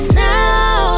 now